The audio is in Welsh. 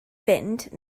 fynd